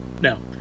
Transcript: no